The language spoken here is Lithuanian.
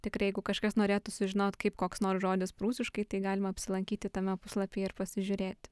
tikrai jeigu kažkas norėtų sužinot kaip koks nors žodis prūsiškai tai galima apsilankyti tame puslapyje ir pasižiūrėti